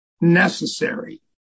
necessary